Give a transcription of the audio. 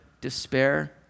despair